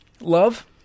love